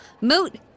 Moot